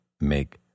make